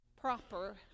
proper